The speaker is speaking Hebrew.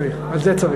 צריך, צריך, על זה צריך.